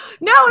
No